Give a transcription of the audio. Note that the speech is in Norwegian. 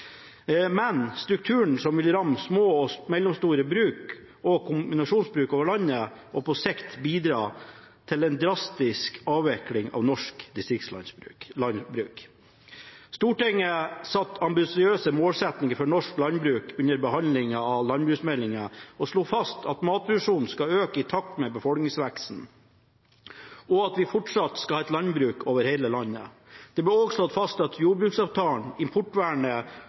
men strukturen vil ramme små og mellomstore bruk og kombinasjonsbruk over hele landet og på sikt bidra til en drastisk avvikling av norsk distriktslandbruk. Stortinget satte ambisiøse målsettinger for norsk landbruk under behandlingen av landbruksmeldingen og slo fast at matproduksjonen skal øke i takt med befolkningsveksten, og at vi fortsatt skal ha et landbruk over hele landet. Det ble også slått fast at jordbruksavtalen, importvernet